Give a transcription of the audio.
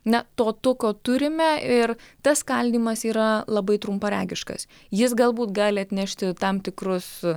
ne to to ko turime ir tas skaldymas yra labai trumparegiškas jis galbūt gali atnešti tam tikrus